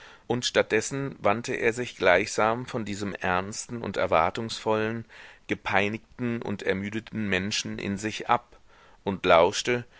und statt dessen wandte er sich gleichsam von diesem ernsten und erwartungsvollen gepeinigten und ermüdeten menschen in sich ab und lauschte